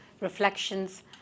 reflections